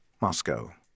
Moscow